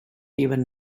even